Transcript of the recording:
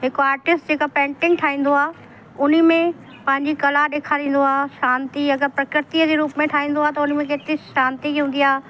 हिकु आर्टिस्ट जेका पेंटिंग ठाईंदो आहे उन में पंहिंजी कला ॾेखारींदो आहे शांती अगरि प्रकृतीअ जे रूप में ठाहींदो आहे त उन में जेकी शांती ई हूंदी आहे